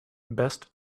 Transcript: best